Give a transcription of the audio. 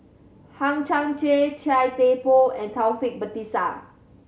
Hang Chang Chieh Chia Thye Poh and Taufik Batisah